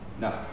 No